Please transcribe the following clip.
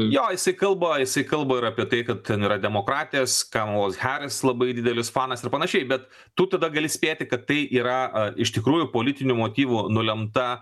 jo jisai kalba jisai kalba ir apie tai kad ten yra demokratės kamalos heris labai didelis fanas ir panašiai bet tu tada gali spėti kad tai yra a iš tikrųjų politinių motyvų nulemta